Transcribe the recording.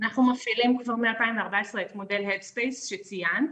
אנחנו מפעילים כבר מ-2014 את מודל headspace שציינת